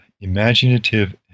imaginative